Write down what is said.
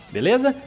Beleza